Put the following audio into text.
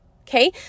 okay